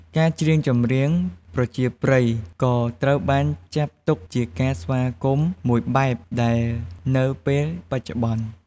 ការច្រៀងចម្រៀងប្រជាប្រិយ ក៏ត្រូវបានចាត់ទុកជាការស្វាគមន៍មួយបែបដែរនៅពេលបច្ចុប្បន្ន។